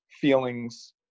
feelings